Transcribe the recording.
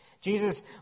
Jesus